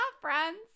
friends